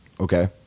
Okay